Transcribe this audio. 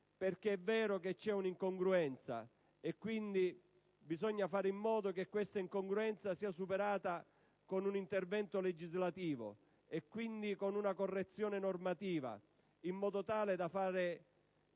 perché è vero che c'è una incongruenza e bisogna fare in modo che questa sia superata con un intervento legislativo, e quindi con una correzione normativa, in modo tale da portare